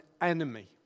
enemy